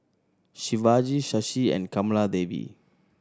Shivaji Shashi and Kamaladevi